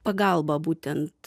pagalbą būtent